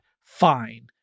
fine